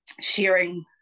sharing